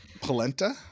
Polenta